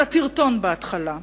אתה תרטון בהתחלה,